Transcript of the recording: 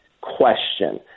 question